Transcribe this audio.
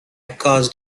caused